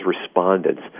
respondents